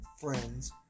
friends